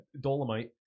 dolomite